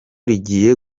rigiye